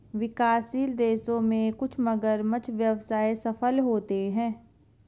विकासशील देशों में कुछ मगरमच्छ व्यवसाय सफल होते हैं